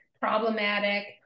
problematic